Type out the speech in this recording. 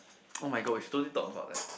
oh my god we should totally talk about that